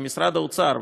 עם משרד האוצר,